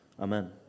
Amen